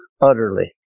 utterly